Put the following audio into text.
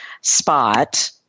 spot